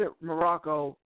Morocco